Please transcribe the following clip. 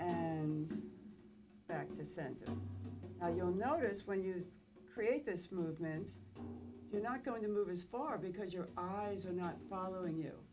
and back to center you'll notice when you create this movement you're not going to move as far because your eyes are not following you